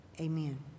Amen